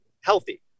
healthy